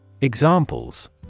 Examples